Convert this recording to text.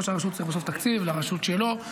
ראש הרשות צריך בסוף תקציב לרשות שלו.